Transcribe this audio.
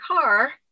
car